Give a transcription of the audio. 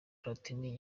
platini